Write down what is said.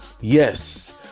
Yes